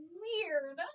weird